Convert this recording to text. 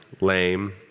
lame